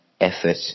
effort